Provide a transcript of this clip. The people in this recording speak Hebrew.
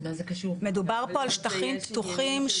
מדובר פה על שטחים פתוחים,